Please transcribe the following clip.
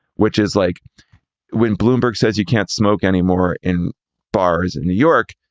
which is like when bloomberg says you can't smoke anymore in bars in new york.